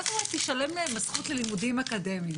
מה זה תישלל מהם הזכות ללימודים אקדמיים?